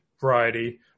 variety